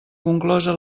conclosa